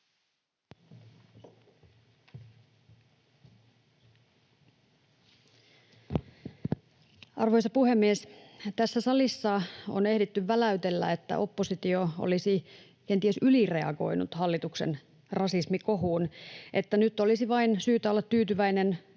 Arvoisa puhemies! Tässä salissa on ehditty väläytellä, että oppositio olisi kenties ylireagoinut hallituksen rasismikohuun ja että nyt olisi vain syytä olla tyytyväinen